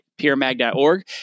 peermag.org